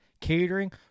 catering